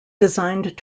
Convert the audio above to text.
designed